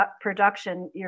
production